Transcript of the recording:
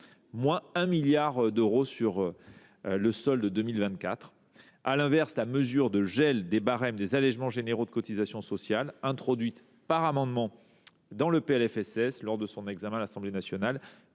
de 1 milliard d’euros. À l’inverse, la mesure de gel des barèmes des allègements généraux de cotisations sociales, introduite par voie d’amendement dans le PLFSS lors de son examen à l’Assemblée nationale,